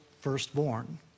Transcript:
firstborn